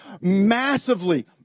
massively